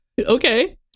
Okay